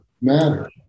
matter